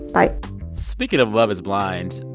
bye speaking of love is blind,